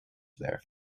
there